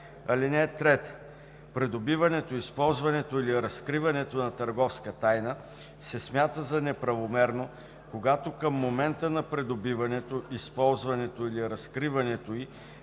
тайна. (3) Придобиването, използването или разкриването на търговска тайна се смята за неправомерно, когато към момента на придобиването, използването или разкриването ѝ